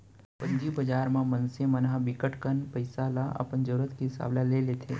पूंजी बजार म मनसे मन ह बिकट कन पइसा ल अपन जरूरत के हिसाब ले लेथे